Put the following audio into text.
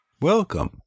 Welcome